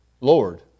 Lord